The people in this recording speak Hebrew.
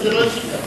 לא, לא, אני הבנתי את